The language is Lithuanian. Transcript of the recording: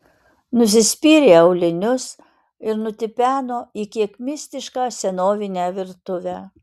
nusispyrė aulinius ir nutipeno į kiek mistišką senovinę virtuvę